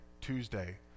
Tuesday